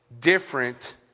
different